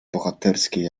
bohaterskiej